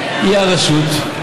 היא הרשות,